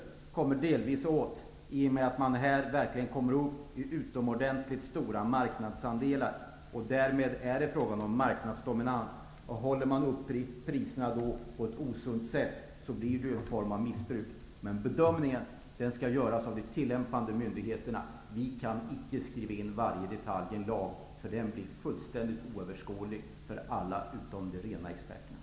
Det kommer man delvis åt i och med att det blir fråga om stora marknadsandelar, dvs. marknadsdominans. Om priserna då hålls uppe på ett osunt sätt blir det en form av missbruk. Bedömningen skall göras av de tillämpande myndigheterna. Vi kan inte skriva in varje detalj i en lag. Då blir den oöverskådlig för alla utom de verkliga experterna.